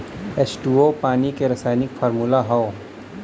H two O पानी के रासायनिक फार्मूला हौ